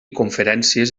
conferències